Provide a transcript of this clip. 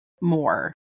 more